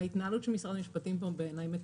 ההתנהלות של משרד המשפטים פה בעיניי היא מצערת.